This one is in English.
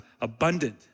abundant